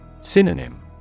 Synonym